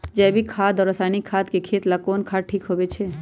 जैविक खाद और रासायनिक खाद में खेत ला कौन खाद ठीक होवैछे?